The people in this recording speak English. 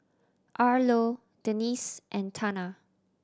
Arlo Denisse and Tana